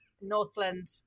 Northland